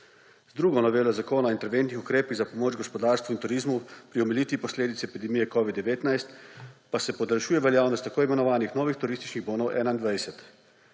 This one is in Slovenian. Z drugo novelo Zakona o interventnih ukrepih za pomoč gospodarstvu in turizmu, pri omilitvi posledic epidemije covid-19, pa se podaljšuje veljavnost tako imenovanih novih turističnih bonov 2021.